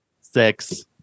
Six